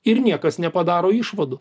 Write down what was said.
ir niekas nepadaro išvadų